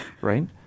right